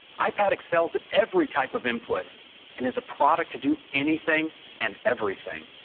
ipad excels at every type of input and is a product to do anything and everything.